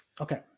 Okay